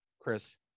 Chris